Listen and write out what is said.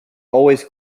always